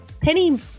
penny